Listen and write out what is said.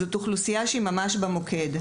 זו אוכלוסיית סטודנטים שנמצאת במוקד.